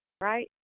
Right